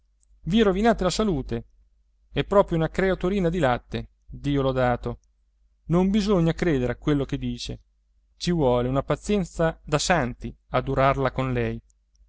i rovinate la salute è proprio una creaturina di latte dio lodato non bisogna credere a quello che dice ci vuole una pazienza da santi a durarla con lei